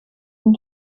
ont